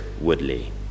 Woodley